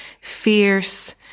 fierce